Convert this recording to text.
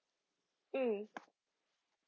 !ee!